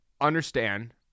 understand